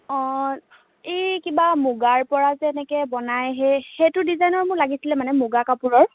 অঁ এই কিবা মুগাৰ পৰা যেনেকৈ বনাই সেই সেইটো ডিজাইনৰ মোৰ লাগিছিলে মানে মুগা কাপোৰৰ